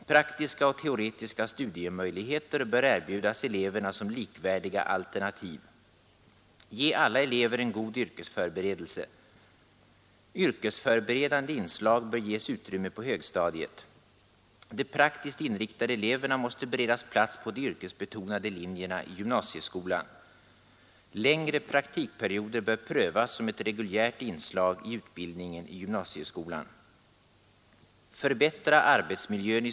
Praktiska och teoretiska studiemöjligheter bör erbjudas eleverna som likvärdiga alternativ. Ge alla elever en god yrkesförberedelse. Yrkesförberedande inslag bör ges utrymme på högstadiet. De praktiskt inriktade eleverna måste beredas plats på de yrkesbetonade linjerna i gymnasieskolan. Längre praktikperioder bör prövas som ett reguljärt inslag i utbildningen i gymnasieskolan.